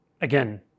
again